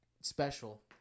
special